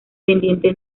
pendiente